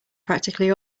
practically